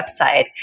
website